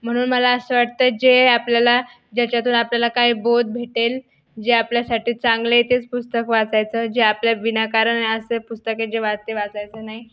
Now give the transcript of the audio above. म्हणून मला असं वाटतंय जे आपल्याला ज्याच्यातून आपल्याला काही बोध भेटेल जे आपल्यासाठी चांगले आहे तेच पुस्तक वाचायचं जे आपल्या विनाकारण असं पुस्तके आहेत जे वाच ते वाचायचं नाही